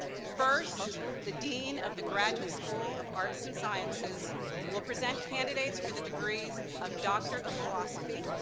first, the dean of the graduate school of arts and sciences will present candidates for the degree of doctor of philosophy,